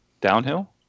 downhill